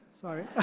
sorry